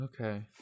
Okay